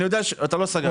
אתה לא סגרת.